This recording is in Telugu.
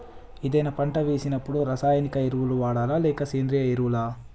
ఏదైనా పంట వేసినప్పుడు రసాయనిక ఎరువులు వాడాలా? లేక సేంద్రీయ ఎరవులా?